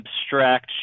abstract